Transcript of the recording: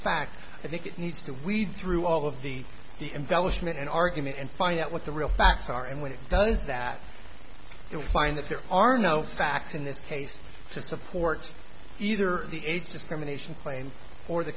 fact i think it needs to weed through all of the the embellishment and argument and find out what the real facts are and when it does that they will find that there are no facts in this case to support either the age discrimination play and for the